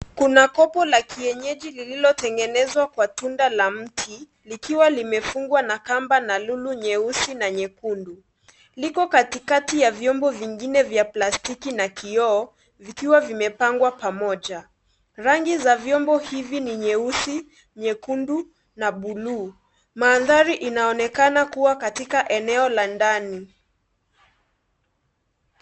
Kuna kopo la kienyeji lililotengenezwa kwa tunda la mti, likiwa limefungwa na kamba na lulu nyeusi na nyekundu. Liko katikati ya vyombo vingine vya plastiki na kioo zikiwa vimepangwa pamoja. Rangi za vyombo hivi ni nyeusi, nyekundu na bluu. Mandhari inaonekana kuwa katika eneo la ndani.